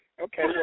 okay